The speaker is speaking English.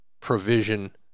provision